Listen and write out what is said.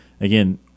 again